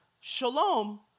Shalom